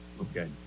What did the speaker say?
okay